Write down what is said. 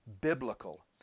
Biblical